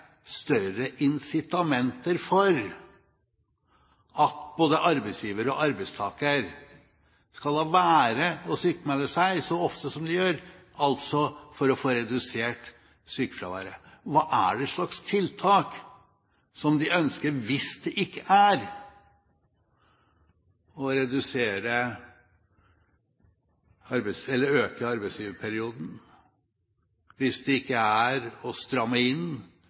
større incitamenter for at både arbeidsgiver og arbeidstaker skal la være å sykmelde seg så ofte som de gjør, altså for å få redusert sykefraværet? Hva slags tiltak er det de ønsker, hvis det ikke er å øke arbeidsgiverperioden, hvis det ikke er å stramme inn